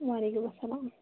وعلیکُم اسَلام